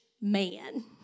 man